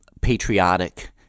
patriotic